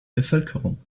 bevölkerung